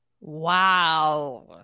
Wow